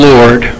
Lord